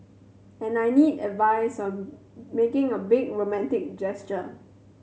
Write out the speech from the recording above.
and I need advice on making a big romantic gesture